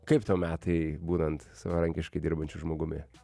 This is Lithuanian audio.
kaip tau metai būnant savarankiškai dirbančiu žmogumi